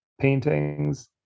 paintings